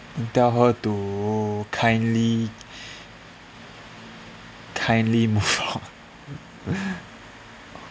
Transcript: tell her to kindly kindly move out